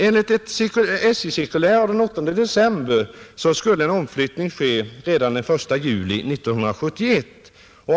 Enligt ett SJ-cirkulär den 8 december skall en omflyttning ske redan den 1 juli 1971.